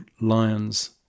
Lions